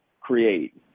create